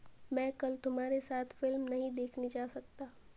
मैं कल तुम्हारे साथ फिल्म नहीं देखने जा सकता